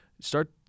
Start